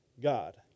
God